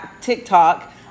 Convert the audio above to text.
TikTok